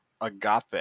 agape